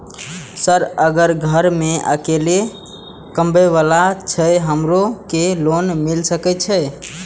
Sir अगर घर में अकेला कमबे वाला छे हमरो के लोन मिल सके छे?